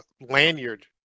lanyard